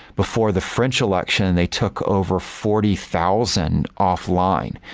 before the french election, they took over forty thousand off-line.